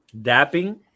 Dapping